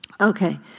Okay